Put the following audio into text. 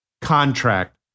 contract